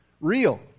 real